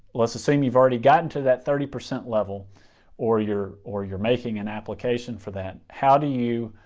let's assume you've already gotten to that thirty percent level or you're or you're making an application for that, how do you